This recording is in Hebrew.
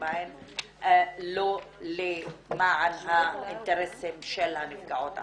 בהן לא למען האינטרסים של הנפגעות עצמן.